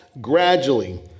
gradually